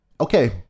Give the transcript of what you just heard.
okay